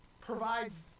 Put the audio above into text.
provides